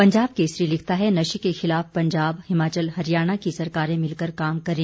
पंजाब केसरी लिखता है नशे के खिलाफ पंजाब हिमाचल हरियाणा की सरकारें मिलकर काम करें